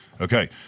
Okay